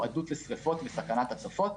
מועדות לשריפות וסכנת הצפות.